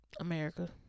America